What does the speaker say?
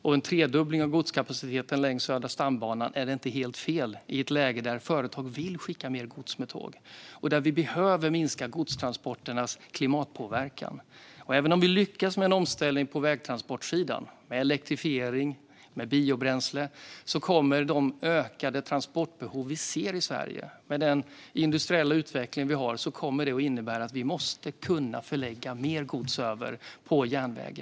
Och en tredubbling av godskapaciteten på Södra stambanan är inte helt fel i ett läge där företag vill skicka mer gods med tåg och där vi behöver minska godstransporternas klimatpåverkan. Även om vi lyckas med en omställning på vägtransportsidan - med elektrifiering och biobränsle - kommer de ökade transportbehov vi ser i Sverige med den industriella utvecklingen att innebära att vi måste kunna lägga över mer gods på järnväg.